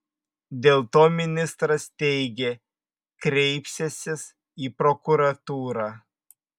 dėl to ministras teigė kreipsiąsis į prokuratūrą